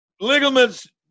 ligaments